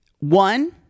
One